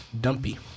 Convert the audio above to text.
Dumpy